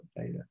data